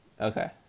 Okay